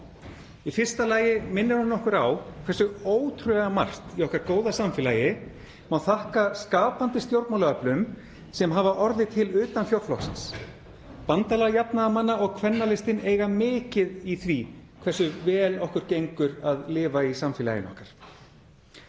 Í fyrsta lagi minnir hún okkur á hversu ótrúlega margt í okkar góða samfélagi má þakka skapandi stjórnmálaöflum sem hafa orðið til utan fjórflokksins. Bandalag jafnaðarmanna og Kvennalistinn eiga mikið í því hversu vel okkur gengur að lifa í samfélaginu okkar.